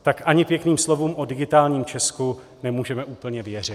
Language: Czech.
Tak ani pěkným slovům o digitálním Česku nemůžeme úplně věřit.